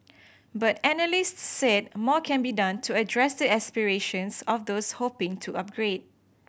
but analysts said more can be done to address the aspirations of those hoping to upgrade